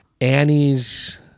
Annie's